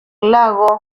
lago